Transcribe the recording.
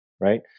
right